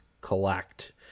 collect